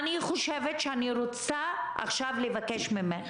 אני מבקשת ממך,